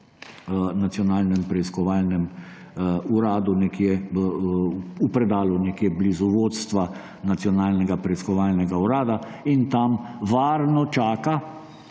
Nacionalnem preiskovalnem uradu, nekje v predalu nekje blizu vodstva Nacionalnega preiskovalnega urada in tam varno čaka,